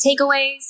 takeaways